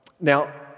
Now